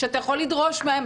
שאתה יכול לדרוש מהם,